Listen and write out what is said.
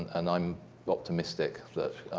and i'm optimistic that